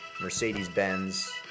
Mercedes-Benz